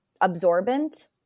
absorbent